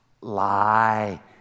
lie